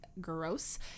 Gross